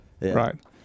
Right